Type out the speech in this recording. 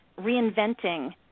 reinventing